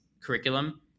curriculum